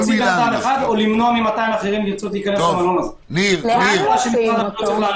לאן מוציאים אותו?